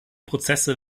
prozesse